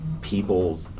people